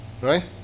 Right